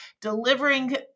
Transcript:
delivering